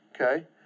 okay